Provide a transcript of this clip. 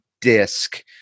disc